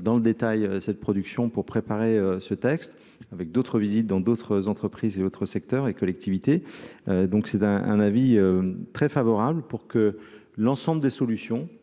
dans le détail cette production pour préparer ce texte avec d'autres visites dans d'autres entreprises de secteur et collectivités, donc c'est un un avis très favorable pour que l'ensemble des solutions